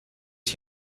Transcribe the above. ich